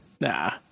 Nah